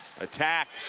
attack.